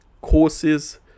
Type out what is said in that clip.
courses